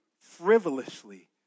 frivolously